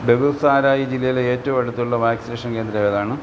ബെഗുസാരായി ജില്ലയിലെ ഏറ്റവും അടുത്തുള്ള വാക്സിനേഷൻ കേന്ദ്രം ഏതാണ്